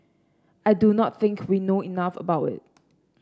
I do not think we know enough about it